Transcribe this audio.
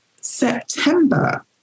September